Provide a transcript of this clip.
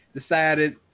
decided